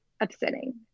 upsetting